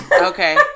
okay